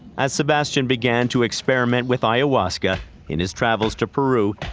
as sebastian began to experiment with ayahuasca in his travels to peru,